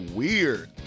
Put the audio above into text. weird